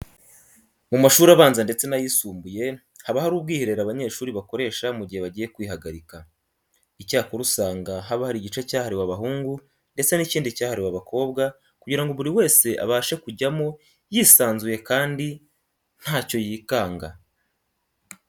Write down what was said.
Mu mashuri abanza ndetse n'ayisumbuye haba hari ubwiherero abanyeshuri bakoresha mu gihe bagiye kwihagarika. Icyakora usanga haba hari igice cyahariwe abahungu ndetse n'ikindi cyahariwe abakobwa kugira ngo buri wese abashe kujyamo yisanzuye kandi ntacyo yikanga.